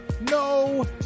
no